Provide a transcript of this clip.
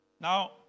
Now